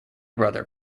brother